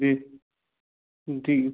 जी जी